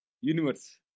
Universe